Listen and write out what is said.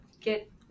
get